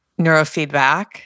neurofeedback